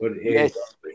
Yes